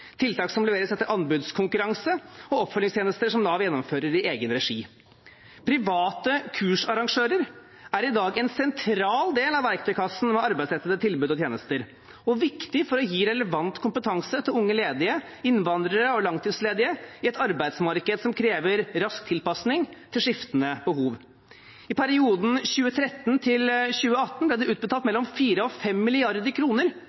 tiltak som leveres etter anbudskonkurranse, og oppfølgingstjenester som Nav gjennomfører i egen regi. Private kursarrangører er i dag en sentral del av verktøykassen over arbeidsrettede tilbud og tjenester og viktig for å gi relevant kompetanse til unge ledige, innvandrere og langtidsledige i et arbeidsmarked som krever rask tilpasning til skiftende behov. I perioden 2013 til 2018 ble det utbetalt